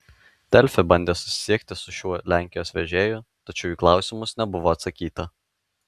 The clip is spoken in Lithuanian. delfi bandė susisiekti su šiuo lenkijos vežėju tačiau į klausimus nebuvo atsakyta